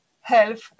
health